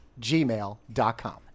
gmail.com